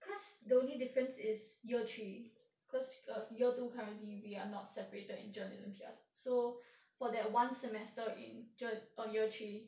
cause the only difference is year three cause year two currently we are not separated in journalism and P_R so for that one semester in jour~ err year three